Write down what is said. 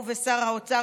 הוא ושר האוצר,